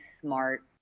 smart